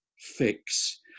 fix